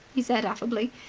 he said, affably.